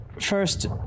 first